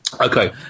okay